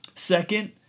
Second